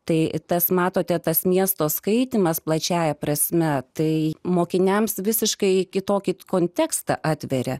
tai tas matote tas miesto skaitymas plačiąja prasme tai mokiniams visiškai kitokį kontekstą atveria